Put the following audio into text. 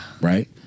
Right